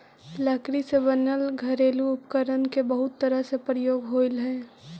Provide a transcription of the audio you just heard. लकड़ी से बनल घरेलू उपकरण के बहुत तरह से प्रयोग होइत हइ